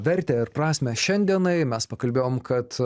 vertę ir prasmę šiandienai mes pakalbėjom kad